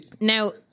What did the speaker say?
Now